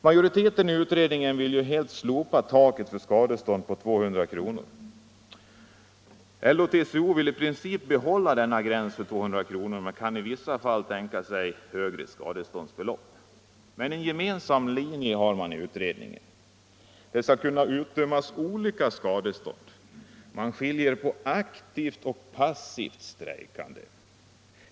Majoriteten i utredningen vill helt slopa taket för skadestånd på 200 kronor. LO-TCO vill i princip behålla denna gräns vid 200 kronor men kan i vissa fall tänka sig högre skadeståndsbelopp. Men en gemensam linje har utredningen. Det skall kunna utdömas olika skadestånd. Man skiljer på ”aktivt” och ”passivt” strejkande.